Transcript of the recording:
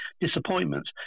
disappointments